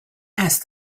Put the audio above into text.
asked